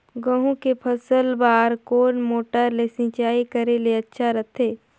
गहूं के फसल बार कोन मोटर ले सिंचाई करे ले अच्छा रथे?